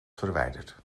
verwijderd